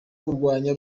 kurwanya